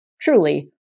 truly